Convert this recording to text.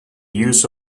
use